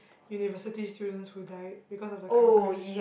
university students who die because of the car crash